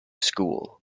school